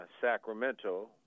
Sacramento